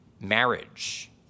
marriage